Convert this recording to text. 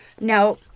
no